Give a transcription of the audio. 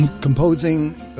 composing